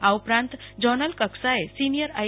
આ ઉપરાંત ઝોનલ કક્ષાએ સિનિયર આઈ